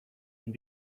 and